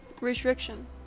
Restriction